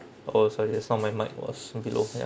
oh sorry just now my mic was below ya